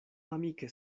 amike